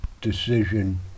decision